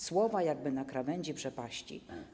Słowa jakby na krawędzi przepaści.